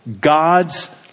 God's